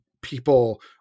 people